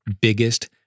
biggest